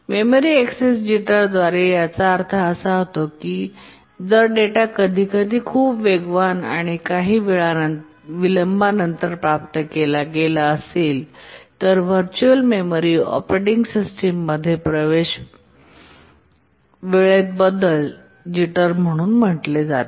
memory access जिटरद्वारे याचा अर्थ असा होतो की जर डेटा कधीकधी खूप वेगवान आणि काही वेळा विलंबानंतर प्राप्त केला गेला असेल तर व्हर्च्युअल मेमरी ऑपरेटिंग सिस्टममध्ये प्रवेश वेळेत बदल जिटर म्हणून म्हटले जाते